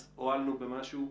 אז הועלנו במשהו.